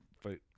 fight